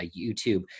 YouTube